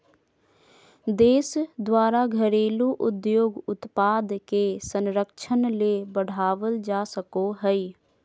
देश द्वारा घरेलू उद्योग उत्पाद के संरक्षण ले बढ़ावल जा सको हइ